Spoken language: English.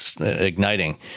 igniting